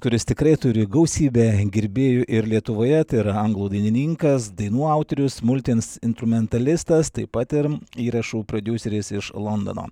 kuris tikrai turi gausybę gerbėjų ir lietuvoje tai yra anglų dainininkas dainų autorius multiinstrumentalistas taip pat ir įrašų prodiuseris iš londono